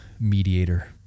mediator